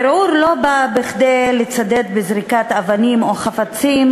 הערעור לא בא כדי לצדד בזריקת אבנים או חפצים,